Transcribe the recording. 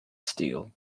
steel